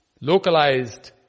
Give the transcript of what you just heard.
localized